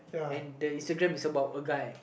and the Instagram is about a guy